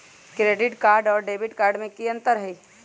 Credit card और debit card में की अंतर हई?